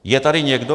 Je tady někdo?